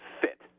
fit